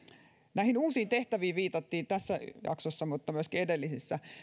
näihin uusiin tehtäviin viitattiin tässä jaksossa mutta myöskin edellisissä